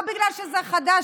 לא בגלל שזה חדש,